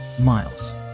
Miles